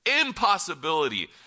impossibility